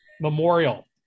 Memorial